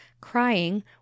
crying